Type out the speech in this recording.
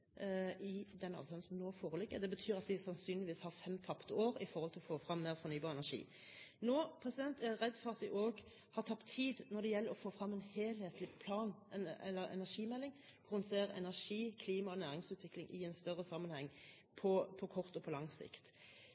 i den avtalen som nå foreligger. Det betyr at vi sannsynligvis har fem tapte år med tanke på å få frem mer fornybar energi. Jeg er redd for at vi også har tapt tid når det gjelder å få frem en helhetlig energimelding, hvor en ser energi, klima og næringsutvikling i en større sammenheng på kort og på lang sikt.